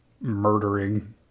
murdering